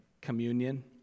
communion